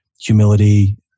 humility